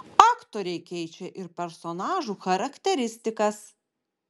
aktoriai keičia ir personažų charakteristikas